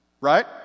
right